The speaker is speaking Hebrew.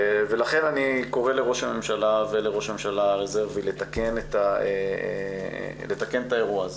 לכן אני קורא לראש הממשלה ולראש הממשלה הרזרבי לתקן את האירוע הזה,